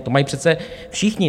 To mají přece všichni.